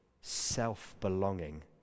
self-belonging